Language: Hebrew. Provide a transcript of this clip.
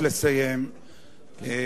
אני מבקש לסיים ופשוט